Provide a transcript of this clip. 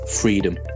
freedom